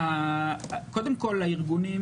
קודם כל הארגונים,